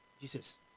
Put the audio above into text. Jesus